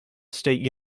state